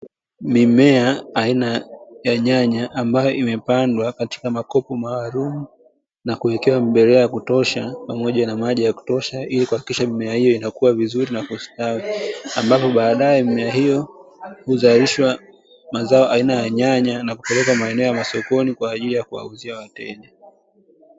Mimea aina ya nyanya ambayo imepandwa katika makopo maalumu na kuekewa mbolea ya kutosha pamoja na maji ya kutosha, ili kuhakikisha mimea hiyo inakua vizuri na kustawi. Ambapo baadaye mimea hiyo itazalisha mazao aina ya nyanya na kupelekwa maeneo ya sokoni kwa ajili ya kuwauzia wateja.